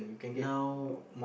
now